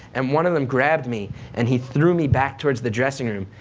and one of them grabbed me and he threw me back towards the dressing room,